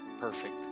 perfect